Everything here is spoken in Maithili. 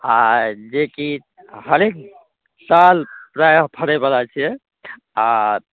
आओर जेकि हरेक साल प्रायः फड़ैवला छै आओर